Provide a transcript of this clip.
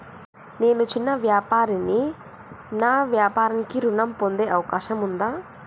నేను చిన్న వ్యాపారిని నా వ్యాపారానికి ఋణం పొందే అవకాశం ఉందా?